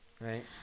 right